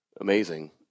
Amazing